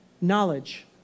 Knowledge